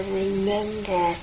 remember